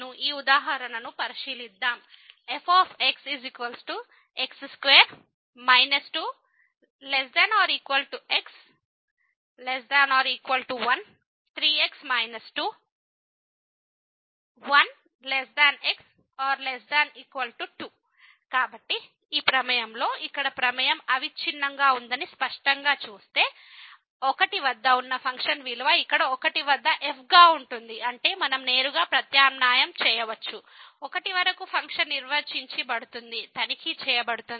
ఈ ఉదాహరణను పరిశీలిద్దాం fxx2 2≤x≤1 3x 2 1x≤2 కాబట్టి ఈ ప్రమేయం లో ఇక్కడ ప్రమేయం అవిచ్ఛిన్నంగా ఉందని స్పష్టంగా చూస్తే 1 వద్ద ఉన్న ఫంక్షన్ విలువ ఇక్కడ 1 వద్ద f గా ఉంటుంది అంటే మనం నేరుగా ప్రత్యామ్నాయం చేయవచ్చు 1 వరకు ఫంక్షన్ నిర్వచించ బడుతుంది తనిఖీ చేయబడింది